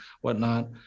whatnot